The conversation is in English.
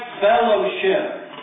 fellowship